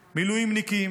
מילואימניקים פצועים,